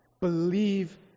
believe